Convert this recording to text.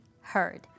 heard